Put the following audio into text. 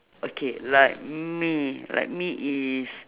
okay like me like me is